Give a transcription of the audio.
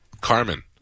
Carmen